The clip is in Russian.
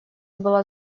была